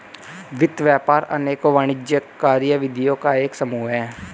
वित्त व्यापार अनेकों वाणिज्यिक कार्यविधियों का एक समूह है